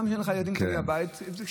גם